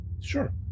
Sure